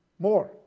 More